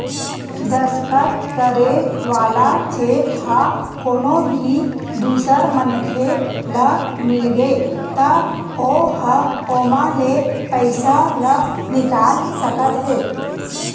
दस्कत करे वाला चेक ह कोनो भी दूसर मनखे ल मिलगे त ओ ह ओमा ले पइसा ल निकाल सकत हे